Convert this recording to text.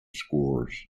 scores